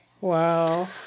Wow